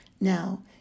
Now